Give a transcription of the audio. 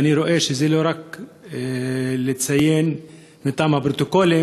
ואני רואה שזה לא רק ציון למען הפרוטוקולים,